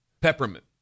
peppermint